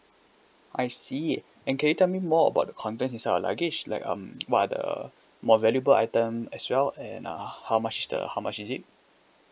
I see and can you tell me more about the content inside your luggage like um what are the more valuable item as well and uh how much is the how much is it